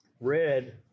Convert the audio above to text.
red